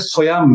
Soya